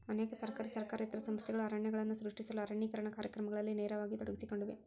ಅನೇಕ ಸರ್ಕಾರಿ ಸರ್ಕಾರೇತರ ಸಂಸ್ಥೆಗಳು ಅರಣ್ಯಗಳನ್ನು ಸೃಷ್ಟಿಸಲು ಅರಣ್ಯೇಕರಣ ಕಾರ್ಯಕ್ರಮಗಳಲ್ಲಿ ನೇರವಾಗಿ ತೊಡಗಿಸಿಕೊಂಡಿವೆ